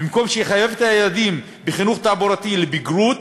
במקום לחייב את הילדים בחינוך תעבורתי לבגרות,